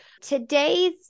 today's